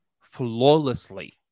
flawlessly